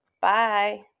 Bye